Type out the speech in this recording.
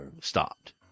stopped